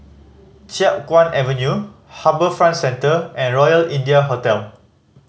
Chiap Guan Avenue HarbourFront Centre and Royal India Hotel